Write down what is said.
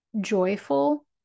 joyful